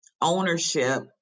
ownership